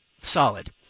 solid